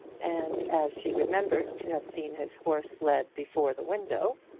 and, as she remembered to have seen his horse led before the window,